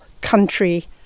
country